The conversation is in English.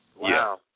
Wow